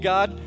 God